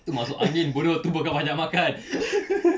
tu masuk angin bodoh tu bukan banyak makan